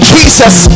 Jesus